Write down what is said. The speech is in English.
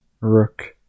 rook